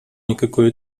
никакой